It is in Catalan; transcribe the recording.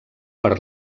per